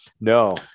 No